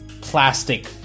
plastic